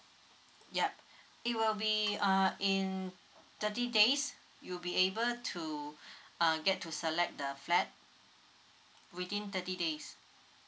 yup it will be uh in thirty days you'll be able to uh get to select the flat within thirty days